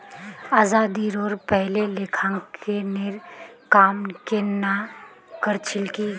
आज़ादीरोर पहले लेखांकनेर काम केन न कर छिल की